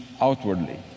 outwardly